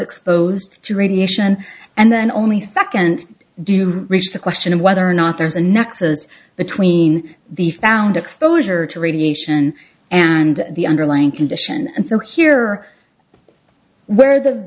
exposed to radiation and then only second do you reach the question of whether or not there's a nexus between the found exposure to radiation and the underlying condition and so here where th